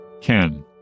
Ken